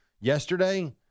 Yesterday